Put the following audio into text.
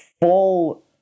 full